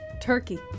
Turkey